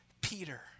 Peter